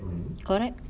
correct